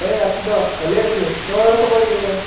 এই আছোঁ দ ভালেই আছোঁ তোৰ খবৰ কেনে